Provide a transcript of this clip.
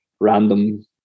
random